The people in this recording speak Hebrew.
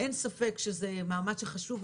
אין ספק שזה מעמד חשוב,